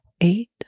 eight